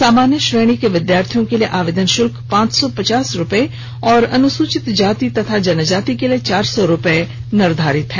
सामान्य श्रेणी के विद्यार्थियों के लिए आवेदन शुल्क पांच सौ पचास रुपए और अनुसूचित जाति और जनजाति के लिए चार सौ रुपए निर्धारित है